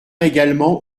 également